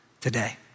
today